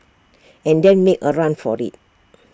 and then make A run for IT